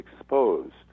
exposed